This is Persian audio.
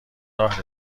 راه